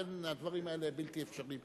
אין, הדברים האלה הם בלתי אפשריים.